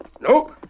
Nope